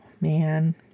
man